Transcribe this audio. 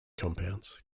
compounds